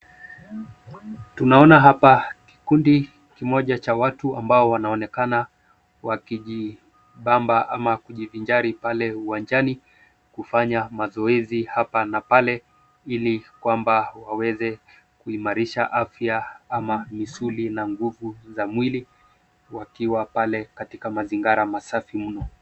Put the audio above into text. Tunaona hapa kikundi kimoja cha watu ambao wanaonekana wakijibamba ama kujivinjari pale uwanjani kufanya mazoezi hapa na pale ili kwamba waweze kuimarisha afya ama misuli na nguvu za mwili wakiwa pale katika mazingara masafi mno.